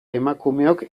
emakumeok